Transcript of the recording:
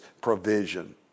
provision